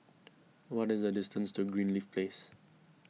what is the distance to Greenleaf Place